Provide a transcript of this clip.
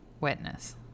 Witness